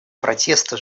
протеста